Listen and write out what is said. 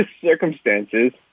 Circumstances